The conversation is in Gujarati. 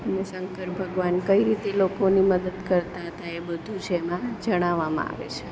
અને શંકર ભગવાન કઈ રીતે લોકોની મદદ કરતા હતા એ બધું જ એમાં જણાવવામાં આવે છે